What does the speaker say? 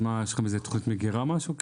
אז מה יש לכם איזה תוכנית מגירה משהו?